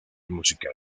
musical